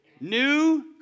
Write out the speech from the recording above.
New